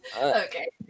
Okay